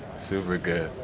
super good.